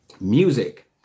Music